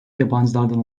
yabancılardan